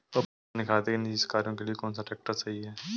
अपने खेती के निजी कार्यों के लिए कौन सा ट्रैक्टर सही है?